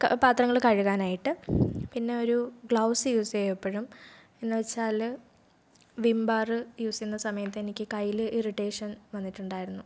ക പാത്രങ്ങൾ കഴുകാനായിട്ട് പിന്നെ ഒരു ഗ്ലൗസ് യൂസ് ചെയ്യും എപ്പോഴും എന്നു വെച്ചാൽ വിം ബാർ യൂസ് ചെയ്യുന്ന സമയത്ത് എനിക്ക് കയ്യിൽ ഇറിറ്റേഷൻ വന്നിട്ടുണ്ടായിരുന്നു